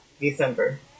December